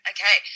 Okay